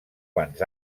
quants